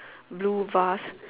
blue vase